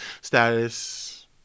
status